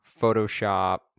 Photoshop